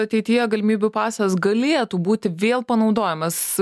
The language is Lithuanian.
ateityje galimybių pasas galėtų būti vėl panaudojamas